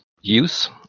use